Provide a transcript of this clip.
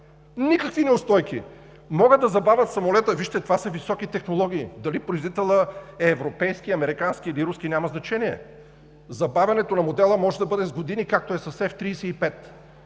Никакви неустойки! Могат да забавят самолета – вижте, това са високи технологии и дали производителят е европейски, американски или руски, няма значение, забавянето на модела може да бъде с години, както е с F-35.